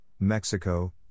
Mexico